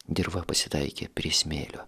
dirva pasitaikė prie smėlio